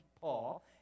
Paul